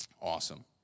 Awesome